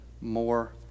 more